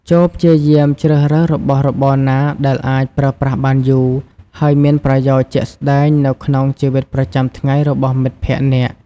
ចូរព្យាយាមជ្រើសរើសរបស់របរណាដែលអាច ប្រើប្រាស់បានយូរ ហើយមានប្រយោជន៍ជាក់ស្តែងនៅក្នុងជីវិតប្រចាំថ្ងៃរបស់មិត្តភក្តិអ្នក។